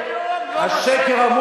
השקר, עד היום לא מצאנו, אין שום הוכחה.